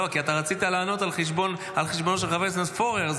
--- לא, כי רצית לענות על חשבון חבר הכנסת פורר.